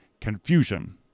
confusion